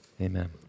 amen